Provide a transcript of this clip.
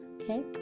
okay